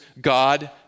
God